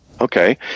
Okay